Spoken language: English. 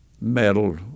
metal